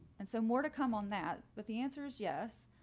and so more to come on that, but the answer is yes.